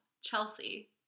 Chelsea